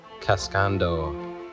Cascando